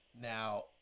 now